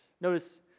Notice